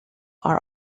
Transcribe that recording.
are